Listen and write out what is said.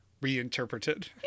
reinterpreted